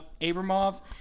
Abramov